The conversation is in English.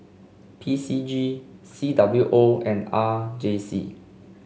P C G C W O and R J C